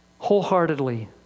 wholeheartedly